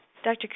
Dr